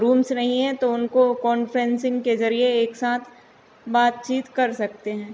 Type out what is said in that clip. rooms नहीं हैं तो उनको कॉन्फ़्रेंसिंग के ज़रिए एक साथ बातचीत कर सकते हैं